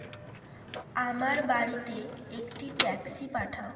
আমার বাড়িতে একটি ট্যাক্সি পাঠাও